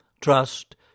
trust